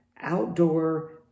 outdoor